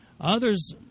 Others